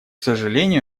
сожалению